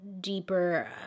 deeper